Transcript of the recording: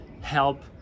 help